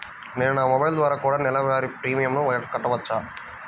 నేను నా మొబైల్ ద్వారా కూడ నెల వారి ప్రీమియంను కట్టావచ్చా?